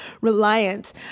reliant